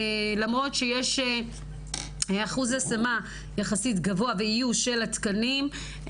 למרות שיש אחוז השמה יחסית גבוה ואיוש של התקנים,